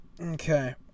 Okay